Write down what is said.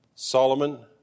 Solomon